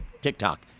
TikTok